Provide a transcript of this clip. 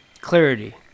Clarity